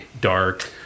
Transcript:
dark